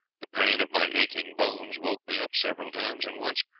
the pain of my aching bones woke me up several times, and once,